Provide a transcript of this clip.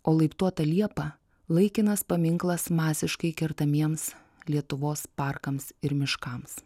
o laiptuota liepa laikinas paminklas masiškai kertamiems lietuvos parkams ir miškams